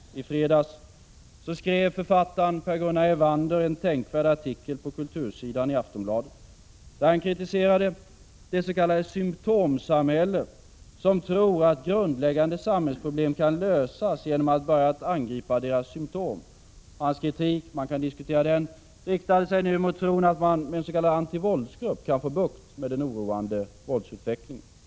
I fredags skrev författaren Per Gunnar Evander en tänkvärd artikel på kultursidan i Aftonbladet, där han kritiserade dets.k. symtomsamhället som tror att grundläggande samhällsproblem kan lösas genom att man börjar att angripa deras symtom. Hans kritik — man kan diskutera den — riktade sig nu mot tron att man med en s.k. anti-våldsgrupp kan få bukt med den oroande våldsutvecklingen.